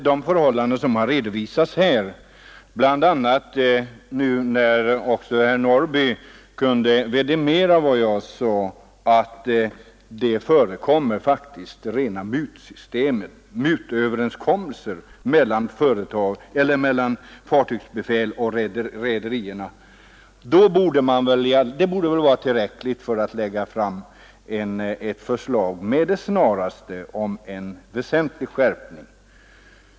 De förhållanden som nu råder — jag hänvisar bl.a. till att herr Norrby i Åkersberga kunde vidimera att det faktiskt förekommer ett rent mutsystem, mutöverenskommelser mellan fartygsbefäl och rederi — borde väl utgöra tillräckliga skäl för att med det snaraste lägga fram ett förslag om en väsentlig skärpning.